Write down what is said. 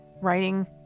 writing